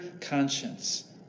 conscience